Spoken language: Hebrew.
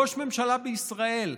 ראש ממשלה בישראל,